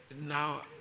now